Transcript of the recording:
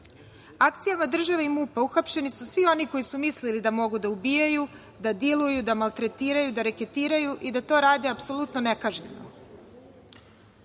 Akcijama države i MUP-a uhapšeni su svi oni koji su mislili da mogu da ubijaju, da diluju, da maltretiraju, da reketiraju i da to rade apsolutno ne kažnjeno.